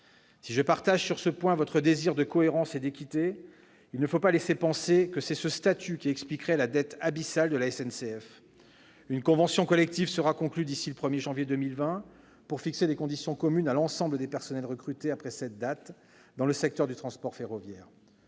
Si je partage sur ce point votre désir de cohérence et d'équité, il ne faut pas laisser penser que c'est ce statut qui expliquerait la dette abyssale de la SNCF. Une convention collective sera conclue d'ici au 1 janvier 2020 pour fixer les conditions communes à l'ensemble des personnels recrutés après cette date dans le secteur du transport ferroviaire.